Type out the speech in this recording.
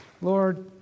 Lord